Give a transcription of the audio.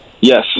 Yes